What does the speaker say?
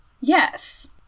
Yes